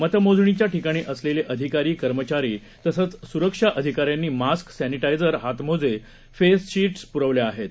मतमोजणीच्याठिकाणीअसलेलेअधिकारी कर्मचारीतसंचस्रक्षाअधिकाऱ्यांनीमास्क sanitizer हातमोजे फेसशिट्सप्रवल्याआहेत